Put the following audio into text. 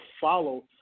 follow